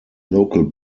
local